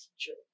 teacher